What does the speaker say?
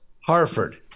Harford